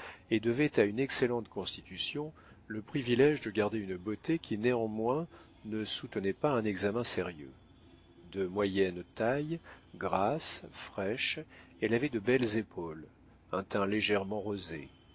et devait à une excellente constitution le privilége de garder une beauté qui néanmoins ne soutenait pas un examen sérieux de moyenne taille grasse fraîche elle avait de belles épaules un teint légèrement rosé